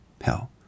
Hell